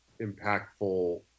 impactful